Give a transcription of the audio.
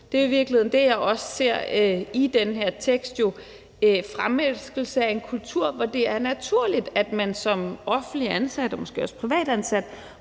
Det er i virkeligheden det, jeg også ser i den her tekst: fremelskelse af en kultur, hvor det er naturligt, at man som offentligt ansat og måske også privatansat